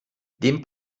dem